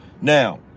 Now